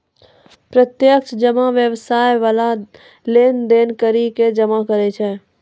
प्रत्यक्ष जमा व्यवसाय बाला लेन देन करि के जमा करै छै